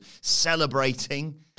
celebrating